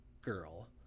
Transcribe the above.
girl